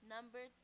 Number